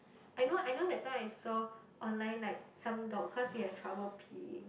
I know I know that time I saw online like some dog cause he has trouble peeing